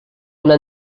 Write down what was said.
una